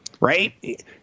right